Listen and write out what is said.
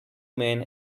main